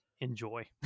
enjoy